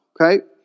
Okay